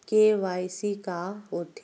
KYC का होथे?